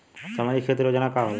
सामाजिक क्षेत्र योजना का होला?